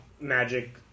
...magic